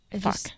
Fuck